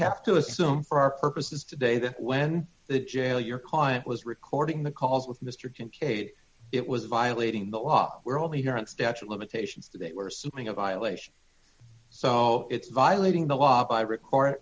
have to assume for our purposes today that when the jail your client was recording the calls with mr kincaid it was violating the law were all here at statue of limitations they were suing a violation so it's violating the law by recording